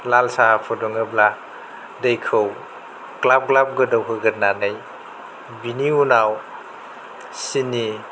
लाल साहा फुदुङोब्ला दैखौ ग्लाब ग्लाब गोदौ होगोरनानै बिनि उनाव सिनि